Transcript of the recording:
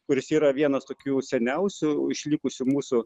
kuris yra vienas tokių seniausių išlikusių mūsų